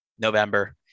November